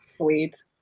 Sweet